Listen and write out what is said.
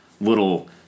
little